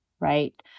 Right